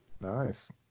Nice